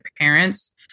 parents